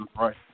right